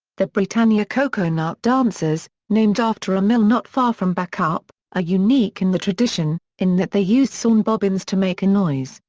the britannia coco-nut dancers, named after a mill not far from bacup, are ah unique in the tradition, in that they used sawn bobbins to make a noise,